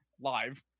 live